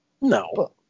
No